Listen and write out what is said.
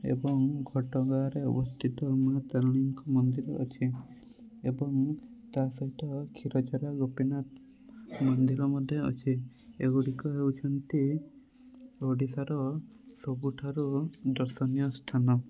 ଏବଂ ଘଟଗାଁରେ ଅବସ୍ଥିତ ମାଆ ତାରିଣୀଙ୍କ ମନ୍ଦିର ଅଛି ଏବଂ ତା ସହିତ କ୍ଷୀରଚୋରା ଗୋପୀନାଥ ମନ୍ଦିର ମଧ୍ୟ ଅଛି ଏଗୁଡ଼ିକ ହେଉଛନ୍ତି ଓଡ଼ିଶାର ସବୁଠାରୁ ଦର୍ଶନୀୟ ସ୍ଥାନ